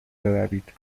بروید